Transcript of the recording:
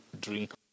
drink